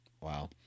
Wow